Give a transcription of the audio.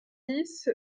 dix